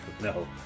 no